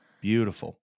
beautiful